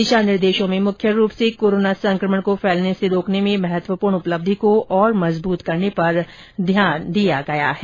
दिशा निर्देशों में मुख्य रूप से कोरोना संक्रमण को फैलने से रोकने में महत्वपूर्ण उपलब्धि को और मजबूत करने पर ध्यान दिया गया है